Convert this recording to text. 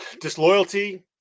disloyalty